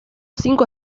cinco